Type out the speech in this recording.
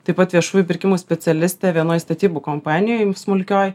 taip pat viešųjų pirkimų specialiste vienoj statybų kompanijoj smulkioj